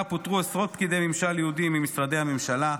פוטרו עשרות פקידי ממשל יהודים ממשרדי הממשלה,